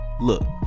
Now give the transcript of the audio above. Look